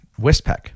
westpac